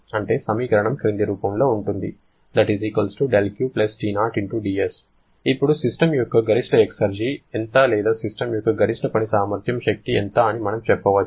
అంటే సమీకరణం క్రింది రూపంలో ఉంటుంది δQ T0 dS ఇప్పుడు సిస్టమ్ యొక్క గరిష్ట ఎక్సర్జి ఎంత లేదా సిస్టమ్ యొక్క గరిష్ట పని సామర్థ్యం శక్తి ఎంత అని మనం చెప్పవచ్చు